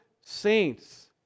saints